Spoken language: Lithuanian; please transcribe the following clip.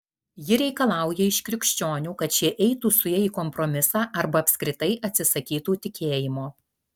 ji reikalauja iš krikščionių kad šie eitų su ja į kompromisą arba apskritai atsisakytų tikėjimo